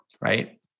Right